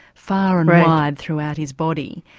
far and wide throughout his body.